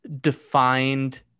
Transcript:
defined